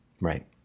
right